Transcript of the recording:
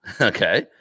Okay